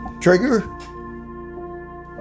trigger